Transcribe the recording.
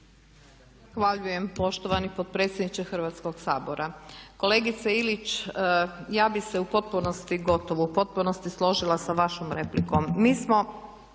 Zahvaljujem poštovani potpredsjedniče Hrvatskog sabora. Kolegice Ilić, ja bih se u potpunosti, gotovo u potpunosti složila sa vašom replikom. Mi smo